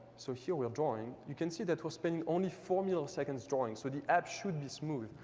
so here we are drawing, you can see that we're spending only four milliseconds drawing. so the app should be smooth.